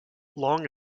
long